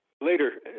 Later